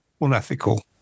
unethical